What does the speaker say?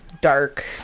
dark